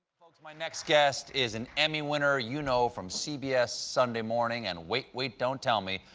folks, my next guest is an emmy winner you know from cbs sunday morning and wait wait. don't tell me.